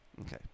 Okay